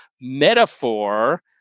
metaphor